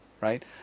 right